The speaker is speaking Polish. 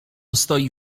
stoi